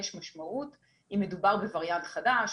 יש משמעות אם מדובר בווריאנט חדש,